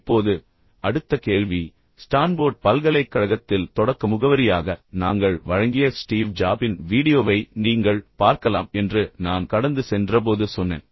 இப்போது அடுத்த கேள்வி ஸ்டான்போர்ட் பல்கலைக்கழகத்தில் தொடக்க முகவரியாக நாங்கள் வழங்கிய ஸ்டீவ் ஜாபின் வீடியோவை நீங்கள் பார்க்கலாம் என்று நான் கடந்து சென்றபோது சொன்னேன்